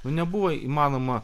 nu nebuvo įmanoma